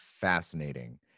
fascinating